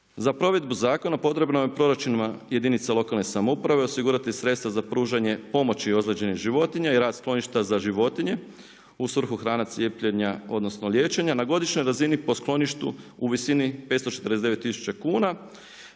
Za provedbu zakona potrebno je proračunima jedinica lokalne samouprave osigurati sredstva za pružanje pomoći ozlijeđenih životinja i rad skloništa za životinje u svrhu hrane, cijepljenja odnosno liječenja na godišnjoj razini po skloništu u visini 549 tisuća